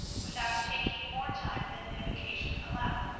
without taking more time than the vacation allowed,